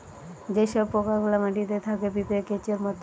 যে সব পোকা গুলা মাটিতে থাকে পিঁপড়ে, কেঁচোর মত